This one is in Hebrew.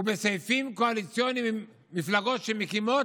ובסעיפים קואליציוניים עם מפלגות שמקימות